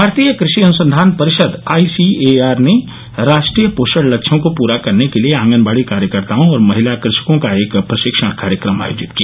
भारतीय कृषि अनुसंघान परिषद आईसीएआर ने राष्ट्रीय पोषण लक्ष्यों को पूरा करने के लिए आंगनवाड़ी कार्यकर्ताओं और महिला कृ षकों का एक प्रशिक्षण कार्यक्रम आयोजित किया